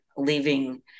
leaving